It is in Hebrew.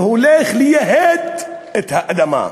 והולך לייהד את האדמה,